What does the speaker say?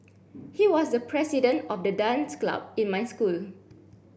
he was the president of the dance club in my school